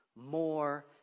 more